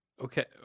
okay